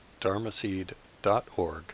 dharmaseed.org